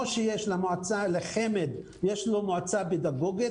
שיש לחינוך הממלכתי הדתי מועצה פדגוגית,